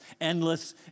endless